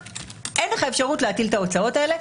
שאין לו אפשרות להטיל את ההוצאות האלה,